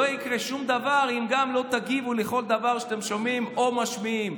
לא יקרה שום דבר אם לא תגיבו על כל דבר שאתם שומעים או משמיעים.